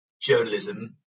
journalism